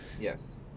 Yes